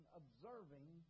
observing